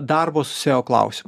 darbus su seo klausimu